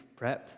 prepped